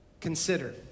consider